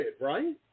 right